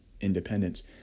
independence